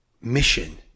mission